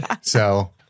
So-